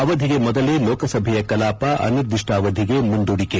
ಅವಧಿಗೆ ಮೊದಲೇ ಲೋಕಸಭೆಯ ಕಲಾಪ ಅನಿರ್ದಿಷ್ಲ ಅವಧಿಗೆ ಮುಂದೂಡಿಕೆ